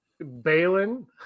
Balin